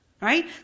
Right